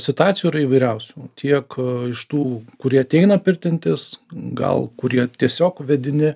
situacijų yra įvairiausių tiek iš tų kurie ateina pirtintis gal kurie tiesiog vedini